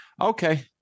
Okay